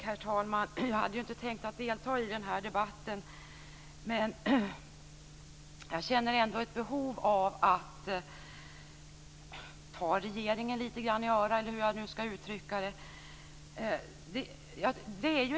Herr talman! Jag hade inte tänkt delta i debatten, men jag känner ett behov av att ta regeringen i örat lite grann, eller hur jag ska uttrycka det.